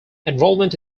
enrollment